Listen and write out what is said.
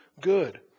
good